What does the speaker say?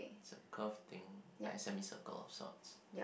it's a curve thing like a semi circle or sorts